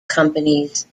companies